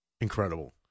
incredible